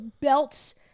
belts